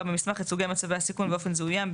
במסמך את סוגי מצבי הסיכון ואופן זיהויים,